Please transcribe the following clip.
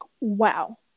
wow